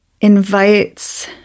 invites